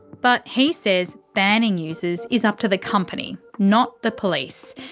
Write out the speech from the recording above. but he says banning users is up to the company, not the police.